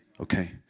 okay